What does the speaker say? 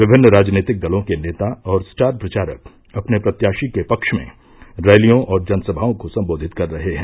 विभिन्न राजनीतिक दलों के नेता और स्टार प्रचारक अपने प्रत्याशी के पक्ष में रैलियों और जनसभाओं को सम्बोधित कर रहे हैं